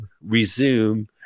resume